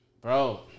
Bro